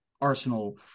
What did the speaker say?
Arsenal